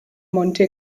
monte